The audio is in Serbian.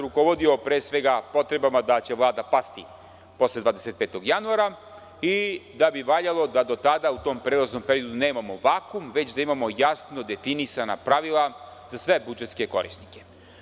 Rukovodio sam se pre svega potrebama da će Vlada pasti posle 25. januara i da bi valjalo da do tada u tom prelaznom periodu nemamo vakum već da imamo jasno definisana pravila za sve budžetske korisnike.